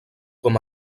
com